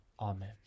Amen